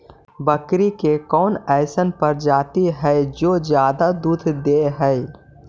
बकरी के कौन अइसन प्रजाति हई जो ज्यादा दूध दे हई?